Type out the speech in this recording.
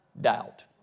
doubt